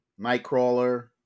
Nightcrawler